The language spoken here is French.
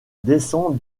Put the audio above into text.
descend